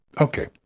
Okay